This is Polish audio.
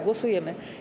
Głosujemy.